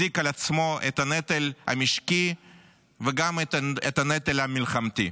שמחזיק על עצמו את הנטל המשקי וגם את הנטל המלחמתי.